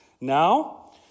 now